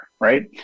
right